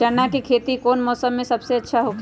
चाना के खेती कौन मौसम में सबसे अच्छा होखेला?